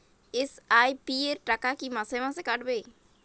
SIP র টাকা কী মাসে মাসে কাটবে?